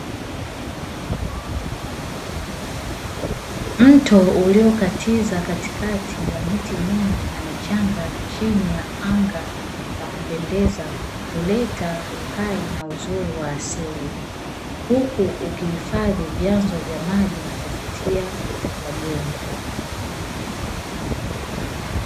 Mto uliokatiza katikati ya miti mingi na miche michanga chini ya anga la kupendeza huleta uhai na uzuri wa asili huku ukihifadhi vyanzo vya maji na kuvutia wageni.